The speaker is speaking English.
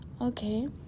Okay